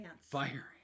Fire